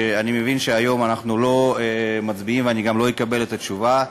אני מבין שהיום אנחנו לא מצביעים ואני גם לא אקבל את התשובה.